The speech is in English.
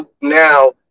now